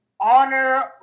honor